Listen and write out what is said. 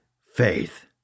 faith